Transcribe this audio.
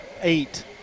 eight